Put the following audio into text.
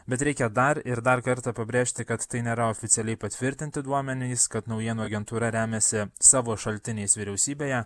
bet reikia dar ir dar kartą pabrėžti kad tai nėra oficialiai patvirtinti duomenys kad naujienų agentūra remiasi savo šaltiniais vyriausybėje